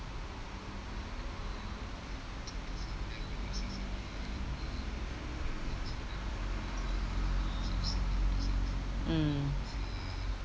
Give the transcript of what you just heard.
mm